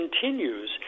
continues